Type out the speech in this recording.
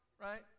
right